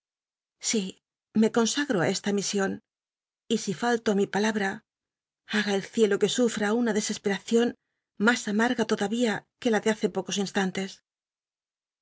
si me consagro í esta mision y si falto mi p alabra haga el ciclo que sufra una dcscsporacion mas amarga todaria juc la de hace pocos instantes